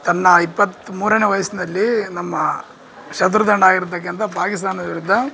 ತನ್ನ ಇಪ್ಪತ್ಮೂರನೇ ವಯಸ್ನಲ್ಲಿ ನಮ್ಮ ಶತ್ರುತಂಡ ಆಗಿರ್ತಕ್ಕಂಥ ಪಾಕಿಸ್ತಾನ ವಿರುದ್ಧ